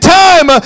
time